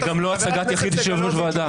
זו גם לא הצגת יחיד של יושב-ראש הוועדה.